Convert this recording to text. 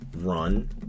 run